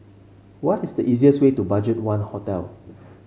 what is the easiest way to BudgetOne Hotel